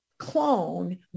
clone